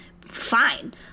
fine